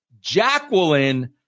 Jacqueline